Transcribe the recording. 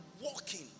walking